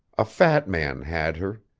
a fat man had her.